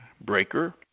Breaker